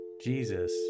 Jesus